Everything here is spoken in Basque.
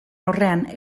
aurrean